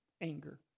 anger